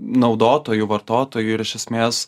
naudotojų vartotojų ir iš esmės